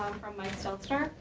from mike stelzner.